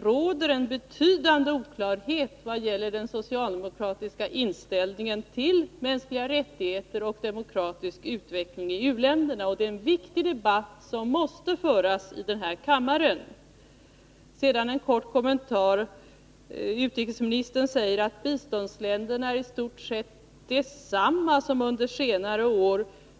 råder en betydande oklarhet i vad gäller den socialdemokratiska inställningen till mänskliga rättigheter och demokratisk utveckling i u-länderna. Det är en viktig debatt som måste föras här i kammaren. Sedan en kort kommentar: Utrikesministern säger att biståndsländerna i stort sett är desamma som under senare år.